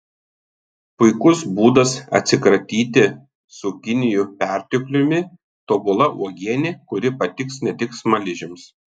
puikus būdas atsikratyti cukinijų pertekliumi tobula uogienė kuri patiks ne tik smaližiams